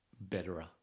betterer